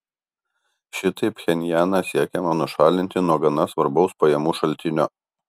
šitaip pchenjaną siekiama nušalinti nuo gana svarbaus pajamų šaltinio